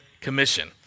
Commission